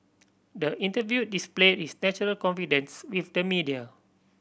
the interview displayed his natural confidence with the media